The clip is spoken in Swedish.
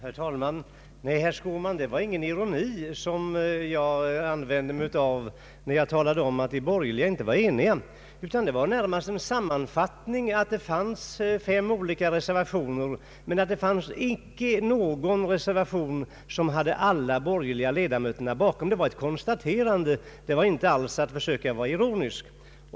Herr talman! Nej, herr Skårman, det var ingen ironi, som jag använde, när jag talade om att de borgerliga inte var eniga, utan det var närmast en sammanfattning. Det finns fem olika reservationer, men det finns inte någon reservation bakom vilken alla de borgerliga ledamöterna står. Det var ett konstaterande, det var inte alls ett försök att vara ironisk.